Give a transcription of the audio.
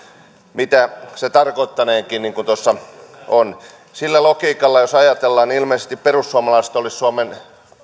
mitä se tarkoittaneekin niin kuin tuossa on sillä logiikalla jos ajatellaan niin ilmeisesti perussuomalaiset olisivat suomen